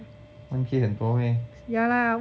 one K 很多 meh